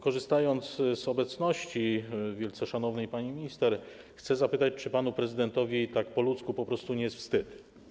Korzystając z obecności wielce szanownej pani minister, chcę zapytać, czy panu prezydentowi tak po ludzku po prostu nie jest wstyd.